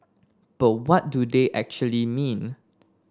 but what do they actually mean